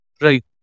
Right